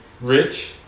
rich